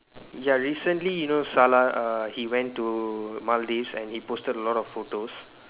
ya recently you know Salah uh he went to Maldives and he posted a lot of photos